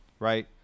Right